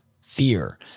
fear